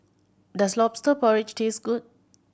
does Lobster Porridge taste good